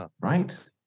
Right